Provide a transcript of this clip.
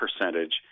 percentage